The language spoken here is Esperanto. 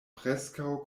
preskaŭ